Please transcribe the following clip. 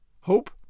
hope